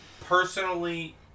Personally